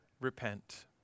repent